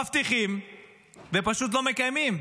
מבטיחים ופשוט לא מקיימים.